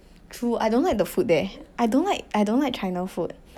true I don't like the food there I don't like I don't like China food